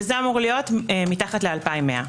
וזה אמור להיות מתחת ל-2100.